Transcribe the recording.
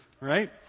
right